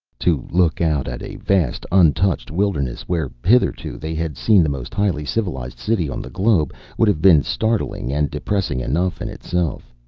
to look out at a vast, untouched wilderness where hitherto they had seen the most highly civilized city on the globe would have been startling and depressing enough in itself,